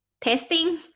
Testing